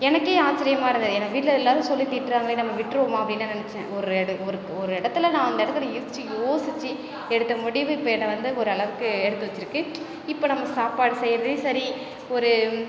எனக்கே ஆச்சரியமாக இருந்தது எனக்கு வீட்டில் எல்லோரும் சொல்லி திட்டுறாங்களே நம்ம விட்டுருவோமா அப்படின்னு தான் நினைச்சேன் ஒரு இட ஒரு ஒரு இடத்துல நான் அந்த இடத்துல யோசித்து யோசித்து எடுத்த முடிவு இப்போ என்ன வந்து ஒரு அளவுக்கு எடுத்து வச்சுருக்கு இப்போ நம்ம சாப்பாடு செய்கிறதும் சரி ஒரு